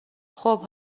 خوب